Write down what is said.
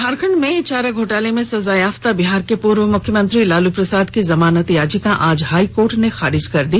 झारखंड में चारा घोटाले में सजायाफ्ता बिहार के पूर्व मुख्यमंत्री लालू प्रसाद की जमानत याचिका आज हाई कोर्ट ने खारिज कर दी